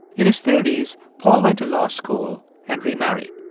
in his thirty s, paul went to law school and remarried.